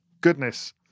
goodness